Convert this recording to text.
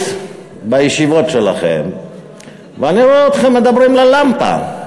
בישיבות שלכם ואני רואה אתכם מדברים ללמפה.